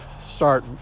start